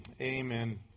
Amen